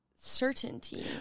certainty